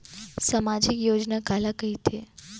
सामाजिक योजना काला कहिथे?